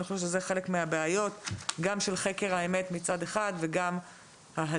אני חושבת שזו אחת מהבעיות גם של חקר האמת מצד אחד וגם ההליכים